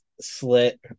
slit